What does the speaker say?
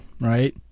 Right